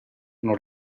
non